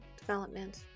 development